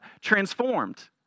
transformed